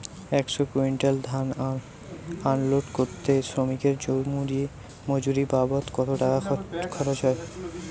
একশো কুইন্টাল ধান আনলোড করতে শ্রমিকের মজুরি বাবদ কত টাকা খরচ হয়?